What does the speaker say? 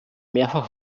mehrfach